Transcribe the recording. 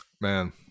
Man